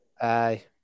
Aye